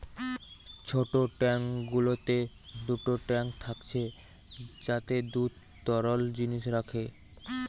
ছোট ট্যাঙ্ক গুলোতে দুটো ট্যাঙ্ক থাকছে যাতে দুধ তরল জিনিস রাখে